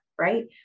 right